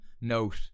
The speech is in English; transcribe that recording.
Note